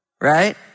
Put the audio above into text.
Right